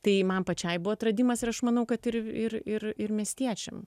tai man pačiai buvo atradimas ir aš manau kad ir ir ir ir miestiečiam